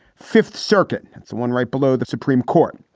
fifth circuit. the one right below the supreme court.